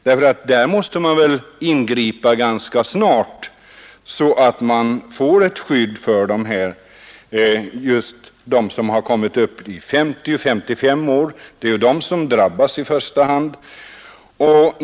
Där måste man väl ingripa ganska snart, så att man får ett skydd för just dem som kommit upp i 50-55 är - det är de som i första hand drabbas.